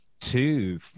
two